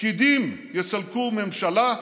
פקידים יסלקו ממשלה,